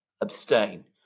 abstain